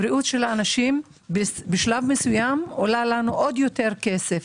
הבריאות של האנשים בשלב מסויים עולה עוד יותר כסף.